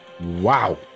Wow